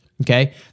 okay